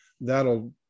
that'll